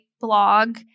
blog